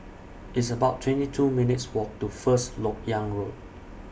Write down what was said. It's about twenty two minutes' Walk to First Lok Yang Road